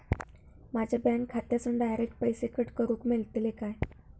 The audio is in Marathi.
माझ्या बँक खात्यासून डायरेक्ट पैसे कट करूक मेलतले काय?